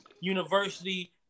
university